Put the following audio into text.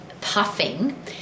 puffing